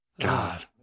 god